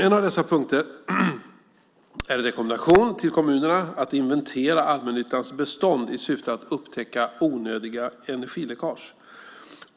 En av dessa punkter är en rekommendation till kommunerna att inventera allmännyttans bestånd i syfte att upptäcka onödiga energiläckage.